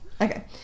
Okay